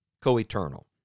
co-eternal